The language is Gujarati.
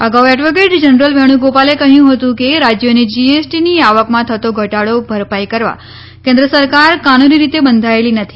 અગાઉ એડવોકેટ જનરલ વેણુગોપાલે કહ્યું હતું કે રાજ્યોની જીએસટીની આવકમાં થતો ઘટાડો ભરપાઈ કરવા કેન્દ્ર સરકાર કાનૂની રીતે બંધાયેલી નથી